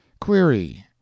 QUERY